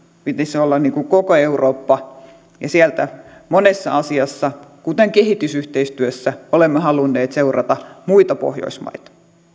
pitäisi olla koko eurooppa ja siellä monessa asiassa kuten kehitysyhteistyössä olemme halunneet seurata muita pohjoismaita